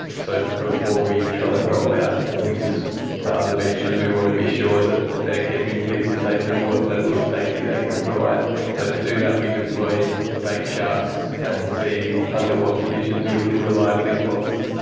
so before we try and roll out blimps to other beaches, we want to be sure that they are keeping people safe and what level of safety they can provide. so to do that we deploy fake sharks and see under what conditions we can reliably spot them.